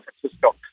Francisco